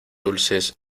dulces